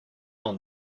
bring